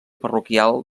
parroquial